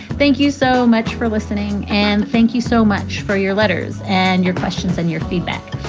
thank you so much for listening. and thank you so much for your letters and your questions and your feedback.